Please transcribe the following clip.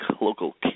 local